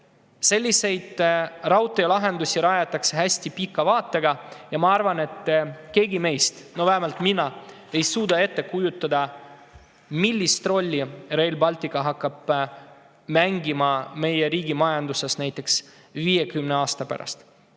Selliseid raudteelahendusi rajatakse hästi pika vaatega. Ja ma arvan, et keegi meist, vähemalt mina küll ei suuda ette kujutada, millist rolli Rail Baltic hakkab mängima meie riigi majanduses näiteks 50 aasta pärast.